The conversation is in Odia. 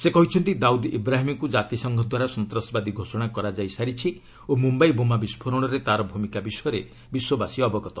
ସେ କହିଛନ୍ତି ଦାଉଦ୍ ଇବ୍ରାହିମ୍କୁ ଜାତିସଂଘଦ୍ୱାରା ସନ୍ତାସବାଦୀ ଘୋଷଣା କରାଯାଇସାରିଛି ଓ ମୁମ୍ବାଇ ବୋମା ବିସ୍ଫୋରଣରେ ତା'ର ଭୂମିକା ବିଷୟରେ ବିଶ୍ୱବାସୀ ଅବଗତ